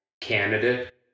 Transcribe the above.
candidate